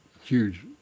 huge